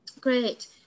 Great